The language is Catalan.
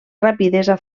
rapidesa